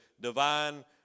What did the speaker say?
divine